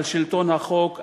על שלטון החוק,